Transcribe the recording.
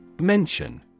Mention